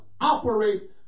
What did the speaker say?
operate